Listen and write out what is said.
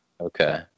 Okay